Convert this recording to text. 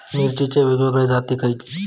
मिरचीचे वेगवेगळे जाती खयले?